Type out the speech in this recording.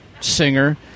singer